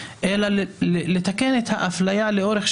על כל הדברים האלה דיברנו בעניין בחירת